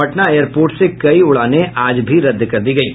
Patna airport से कई उड़ानें आज भी रद्द कर दी गयी